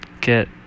get